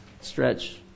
stretch